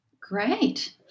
Great